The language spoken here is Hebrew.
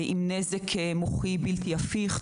נזק מוחי בלתי-הפיך,